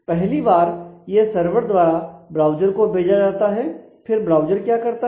पहली बार यह सर्वर द्वारा ब्राउज़र को भेजा जाता है फिर ब्राउज़र क्या करता है